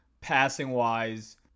passing-wise